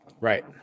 Right